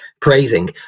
praising